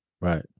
Right